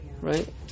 right